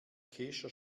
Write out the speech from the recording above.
kescher